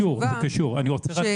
נקודה חשובה.